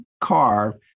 car